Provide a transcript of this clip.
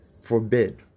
forbid